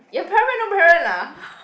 your parent no parent ah